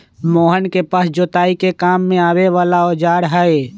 मोहन के पास जोताई के काम में आवे वाला औजार हई